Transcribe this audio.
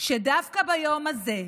שדווקא ביום הזה,